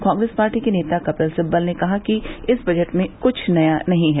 Congress party के नेता कपिल सिब्बल ने कहा कि इस बजट में कुछ नया नहीं है